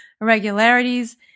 irregularities